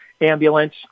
ambulance